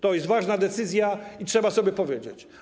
To jest ważna decyzja i trzeba to sobie powiedzieć.